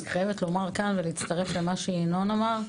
אני חייבת לומר כאן ולהצטרף למה שינון אמר,